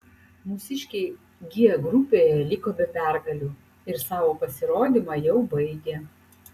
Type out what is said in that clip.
mūsiškiai g grupėje liko be pergalių ir savo pasirodymą jau baigė